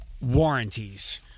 warranties